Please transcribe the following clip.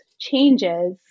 changes